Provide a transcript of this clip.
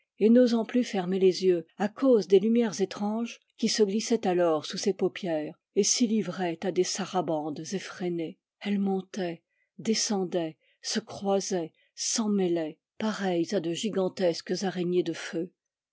et n'osant non plus fermer les yeux à cause des lumières étranges qui se glissaient alors sous ses paupières et s'y livraient à des sarabandes effrénées elles montaient descendaient se croisaient s'emmêlaient pareilles à de gigantesque araignées de feu